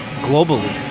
globally